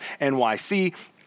NYC